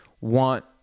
want